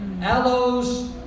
aloes